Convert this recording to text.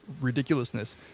ridiculousness